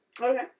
Okay